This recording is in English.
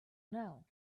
know